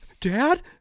Dad